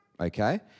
Okay